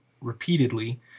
repeatedly